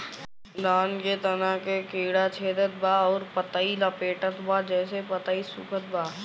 धान के तना के कीड़ा छेदत बा अउर पतई लपेटतबा जेसे पतई सूखत बा?